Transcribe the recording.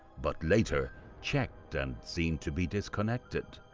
but later checked and seemed to be disconnected.